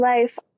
life